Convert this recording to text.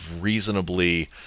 reasonably